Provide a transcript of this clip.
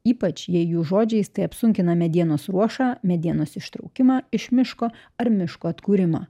ypač jei jų žodžiais tai apsunkina medienos ruošą medienos ištraukimą iš miško ar miško atkūrimą